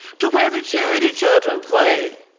to where the charity children play.